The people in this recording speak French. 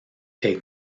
est